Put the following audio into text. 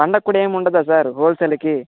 పండుగకి కూడా ఏం ఉండదా సార్ హోల్సేల్కి